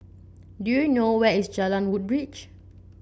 do you know where is Jalan Woodbridge